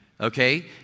okay